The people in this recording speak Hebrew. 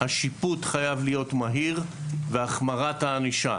השיפוט חייב להיות מהיר והחמרת הענישה.